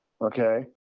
Okay